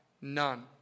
None